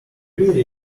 really